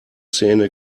szene